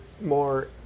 more